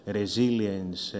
resilience